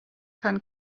can